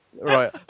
right